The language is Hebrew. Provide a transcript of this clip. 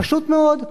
פשוט מאוד,